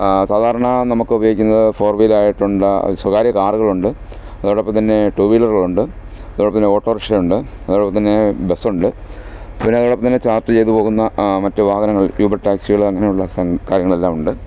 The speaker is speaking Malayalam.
സാധാരണ നമുക്ക് ഉപയോഗിക്കുന്നത് ഫോർ വീലറായിട്ടുള്ള സ്വകാര്യ കാറുകളുണ്ട് അതോടൊപ്പം തന്നെ ടൂ വീലറുകളുണ്ട് അതോടൊപ്പം തന്നെ ഓട്ടോറിക്ഷയുണ്ട് അതോടൊപ്പം തന്നെ ബസ്സുണ്ട് പിന്നെ അതോടൊപ്പം തന്നെ ചാർട്ട് ചെയ്തു പോകുന്ന മറ്റു വാഹനങ്ങൾ യൂബർ ടാക്സികൾ അങ്ങനെയുള്ള കാര്യങ്ങളെല്ലാമുണ്ട്